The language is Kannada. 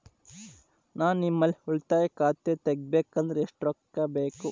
ನಾ ನಿಮ್ಮಲ್ಲಿ ಉಳಿತಾಯ ಖಾತೆ ತೆಗಿಬೇಕಂದ್ರ ಎಷ್ಟು ರೊಕ್ಕ ಬೇಕು?